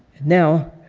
now,